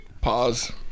pause